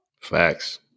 Facts